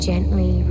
Gently